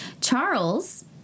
Charles